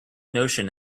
notion